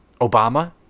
Obama